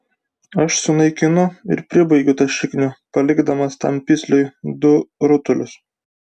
aš sunaikinu ir pribaigiu tą šiknių palikdamas tam pisliui du rutulius